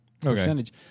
percentage